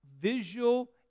visual